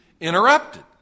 interrupted